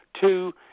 two